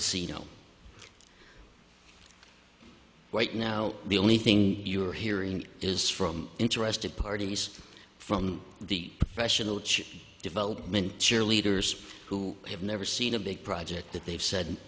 casino right now the only thing you are hearing is from interested parties from the professional which development cheerleaders who have never seen a big project that they've said